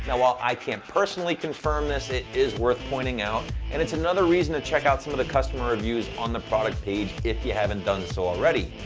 while i can't personally confirm this, it is worth pointing out and it's another reason to check out some of the customer reviews on the product page if you haven't done so already.